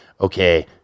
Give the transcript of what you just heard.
okay